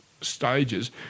Stages